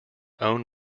own